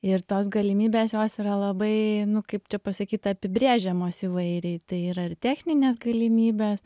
ir tos galimybės jos yra labai nu kaip čia pasakyt apibrėžiamos įvairiai tai yra ir techninės galimybės